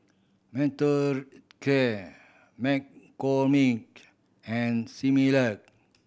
Mothercare McCormick and Similac